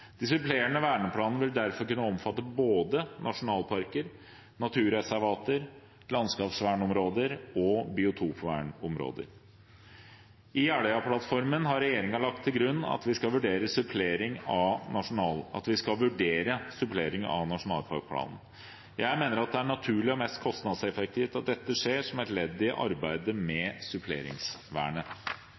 De supplerende verneplanene vil derfor kunne omfatte både nasjonalparker, naturreservater, landskapsvernområder og biotopvernområder. I Jeløya-plattformen har regjeringen lagt til grunn at vi skal vurdere supplering av nasjonalparkplanen. Jeg mener det er naturlig og mest kostnadseffektivt at dette skjer som et ledd i arbeidet med suppleringsvernet.